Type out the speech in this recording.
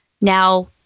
Now